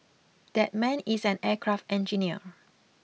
that man is an aircraft engineer